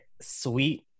sweet